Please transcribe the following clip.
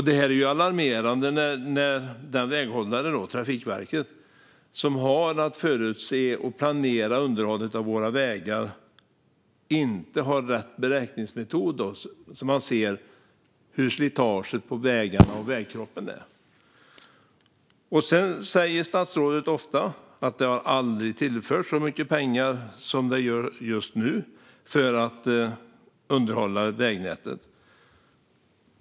Det är alarmerande när Trafikverket, som har att förutse och planera underhållet av våra vägar, inte har rätt beräkningsmetod för att se hur slitaget på vägarna och vägkroppen är. Statsrådet säger ofta att det aldrig har tillförts så mycket pengar som just nu för att underhålla vägnätet.